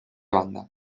banda